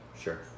Sure